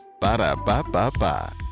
Ba-da-ba-ba-ba